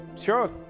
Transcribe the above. sure